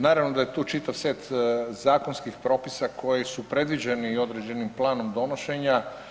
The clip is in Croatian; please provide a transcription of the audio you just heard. Naravno da je tu čitav set zakonskih propisa koji su predviđeni i određenim planom donošenja.